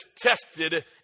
tested